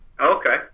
Okay